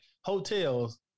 hotels